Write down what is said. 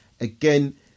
again